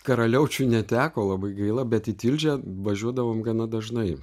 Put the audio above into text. karaliaučiuj neteko labai gaila bet į tilžę važiuodavom gana dažnai